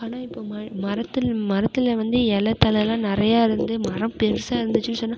ஆனால் இப்போது ம மரத்தில் மரத்தில் வந்து இலை தழைலாம் நிறைய இருந்து மரம் பெருசாக இருந்துச்சுனு சொன்னால்